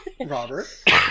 Robert